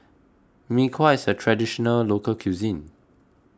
Mee Kuah is a Traditional Local Cuisine